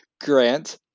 Grant